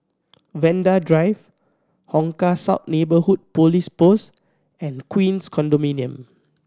Vanda Drive Hong Kah South Neighbourhood Police Post and Queens Condominium